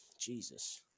Jesus